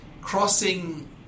crossing